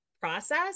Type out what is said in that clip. process